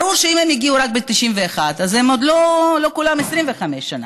ברור שאם הם הגיעו רק ב-1991 אז לא כולם 25 שנה.